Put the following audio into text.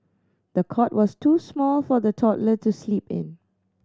the cot was too small for the toddler to sleep in